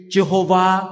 Jehovah